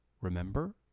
Remember